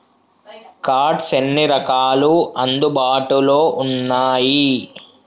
Cards ఎన్ని రకాలు అందుబాటులో ఉన్నయి?